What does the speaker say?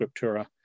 Scriptura